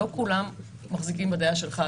לא כולם מחזיקים בדעה שלך,